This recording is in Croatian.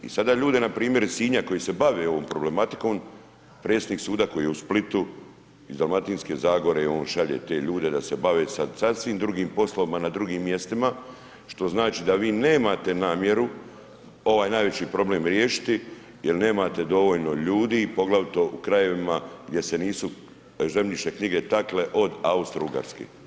I sada ljude npr. iz Sinja koji se bave ovom problematikom predsjednik suda koji je u Splitu iz Dalmatinske zagore on šalje te ljude da se bave sa sasvim drugim poslom a na drugim mjestima što znači da vi nemate namjeru ovaj najveći problem riješiti jer nemate dovoljno ljudi poglavito u krajevima gdje se nisu zemljišne knjige takle od Austro-ugarske.